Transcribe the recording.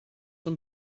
son